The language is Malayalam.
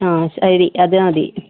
ആ ശരി അത് മതി